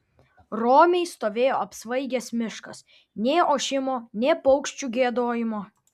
romiai stovėjo apsvaigęs miškas nė ošimo nė paukščių giedojimo